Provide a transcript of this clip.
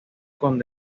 con